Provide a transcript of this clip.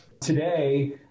Today